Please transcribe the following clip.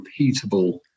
repeatable